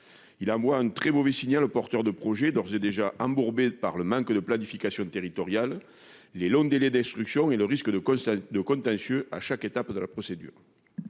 Il envoie un très mauvais signal aux porteurs de projets, d'ores et déjà embourbés par le manque de planification territoriale, les longs délais d'instruction et le risque de contentieux à chaque étape de la procédure.